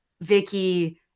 vicky